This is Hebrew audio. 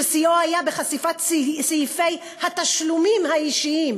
ששיאו היה בחשיפת סעיפי התשלומים האישיים,